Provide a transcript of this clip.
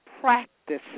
practices